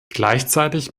gleichzeitig